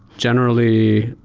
generally,